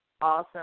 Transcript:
awesome